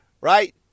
right